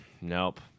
Nope